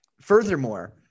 furthermore